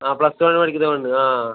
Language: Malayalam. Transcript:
ആ പ്ലസ് വണ്ണ് പഠിക്കുന്ന പെണ്ണ് ആ ആ ആ